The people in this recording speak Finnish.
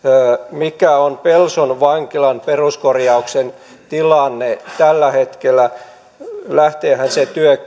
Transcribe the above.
mikä on pelson vankilan peruskorjauksen tilanne tällä hetkellä lähteehän se työ